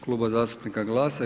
Kluba zastupnika GLAS-a.